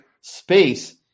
space